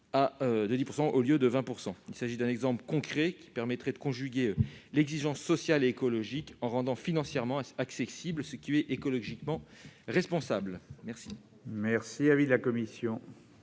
à 10 %, au lieu de 20 %. Il s'agit d'un exemple concret qui permettrait de conjuguer l'exigence sociale et écologique, en rendant financièrement accessible ce qui est écologiquement responsable. Quel